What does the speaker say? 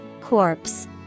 Corpse